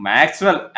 Maxwell